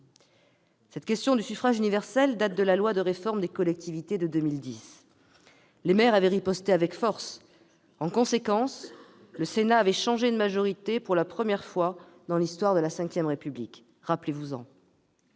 de l'élection au suffrage universel remonte à la loi de réforme des collectivités de 2010. Les maires avaient riposté avec force : en conséquence, le Sénat avait changé de majorité pour la première fois dans l'histoire de la V République ; souvenons-nous-en.